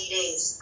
days